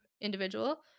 individual